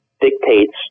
dictates